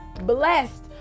blessed